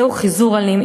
זהו חיזור אלים.